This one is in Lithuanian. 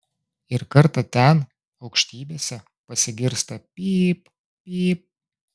ir kartą ten aukštybėse pasigirsta pyp pyp